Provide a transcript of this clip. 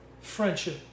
friendship